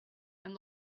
and